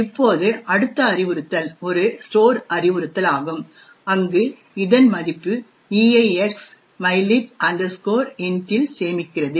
இப்போது அடுத்த அறிவுறுத்தல் ஒரு ஸ்டோர் அறிவுறுத்தலாகும் அங்கு இதன் மதிப்பை EAXmylib int இல் சேமிக்கிறது